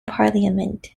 parliament